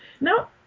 Now